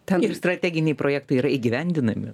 ten ir strateginiai projektai yra įgyvendinami